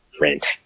Rent